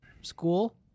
school